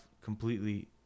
completely